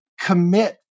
commit